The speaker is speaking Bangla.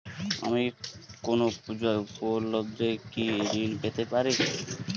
আমি কোনো পূজা উপলক্ষ্যে ঋন পেতে পারি কি?